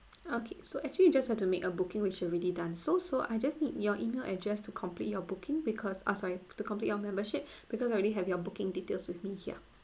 okay so actually you just have to make a booking which already done so so I just need your email address to complete your booking because uh sorry to complete your membership because already have your booking details with me here